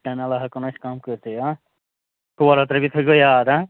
تَمہِ علاوٕ ہٮ۪کو نہٕ أسۍ یہِ کم کٔرتھٕے ہاں ژور رۄپیہِ تھٲے زیو یاد ہاں